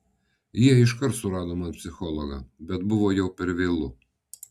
jie iškart surado man psichologą bet buvo jau per vėlu